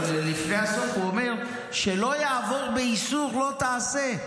אבל לפני הסוף הוא אומר: "שלא יעבור באיסור לא תעשה".